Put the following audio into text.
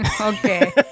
Okay